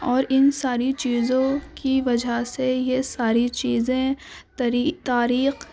اور ان ساری چیزوں کی وجہ سے یہ ساری چیزیں تری تاریخ